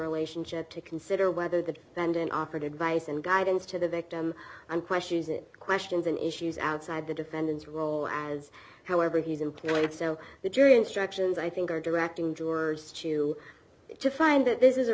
relationship to consider whether the band and offered advice and guidance to the victim and question is it questions and issues outside the defendant's role as however he's employed so the jury instructions i think are directing jurors to to find that this is a